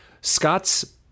Scott's